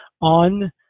On